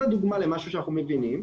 זו דוגמה למשהו שאנחנו מבינים,